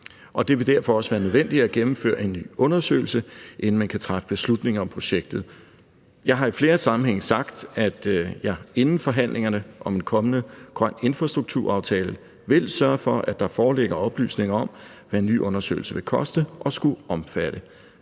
det vil derfor også være nødvendigt at gennemføre en ny undersøgelse, inden man kan træffe beslutning om projektet. Jeg har i flere sammenhænge sagt, at jeg inden forhandlingerne om en kommende grøn infrastrukturaftale vil sørge for, at der foreligger oplysninger om, hvad en ny undersøgelse vil koste og ville skulle omfatte,